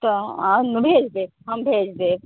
तऽ हम भेज देब हम भेज देब